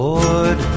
Lord